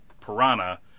Piranha